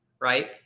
right